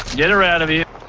get her out of here!